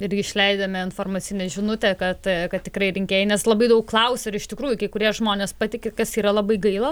irgi išleidome informacinę žinutę kad kad tikrai rinkėjai nes labai daug klausė ar iš tikrųjų kai kurie žmonės patiki kas yra labai gaila